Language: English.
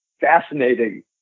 fascinating